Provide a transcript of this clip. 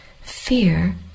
fear